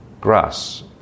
grass